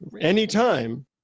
anytime